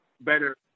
better